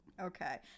Okay